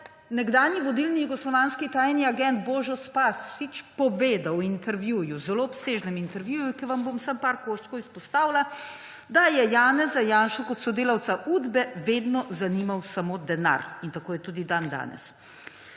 nekdanji vodilni jugoslovanski tajni agent Božo Spasić povedal v intervjuju – zelo obsežnem –, pa vam bom samo par koščkov izpostavila, da je Janeza Janšo kot sodelavca Udbe vedno zanimal samo denar in tako je tudi dandanes.